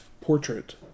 portrait